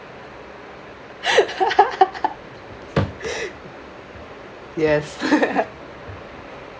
yes